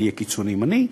אני אהיה קיצוני ימני,